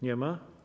Nie ma.